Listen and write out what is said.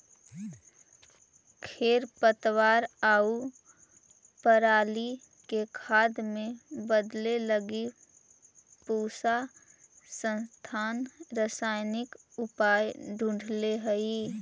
खरपतवार आउ पराली के खाद में बदले लगी पूसा संस्थान रसायनिक उपाय ढूँढ़ले हइ